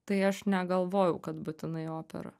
tai aš negalvojau kad būtinai opera